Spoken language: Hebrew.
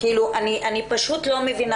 לא מבינה,